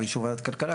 באישור ועדת כלכלה,